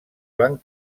van